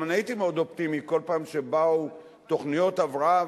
גם אני הייתי מאוד אופטימי כל פעם שבאו תוכניות הבראה,